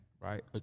right